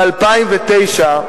ב-2009,